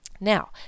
Now